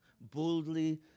boldly